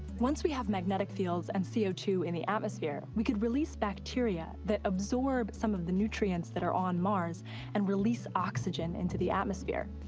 once we have magnetic fields and c zero two in the atmosphere, we could release bacteria that absorb some of the nutrients that are on mars and release oxygen into the atmosphere.